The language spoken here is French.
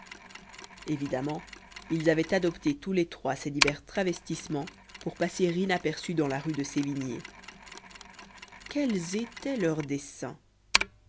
évidemment ils avaient adopté tous les trois ces divers travestissements pour passer inaperçus dans la rue de sévigné quels étaient leurs desseins